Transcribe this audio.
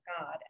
God